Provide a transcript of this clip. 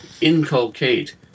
inculcate